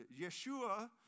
Yeshua